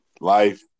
life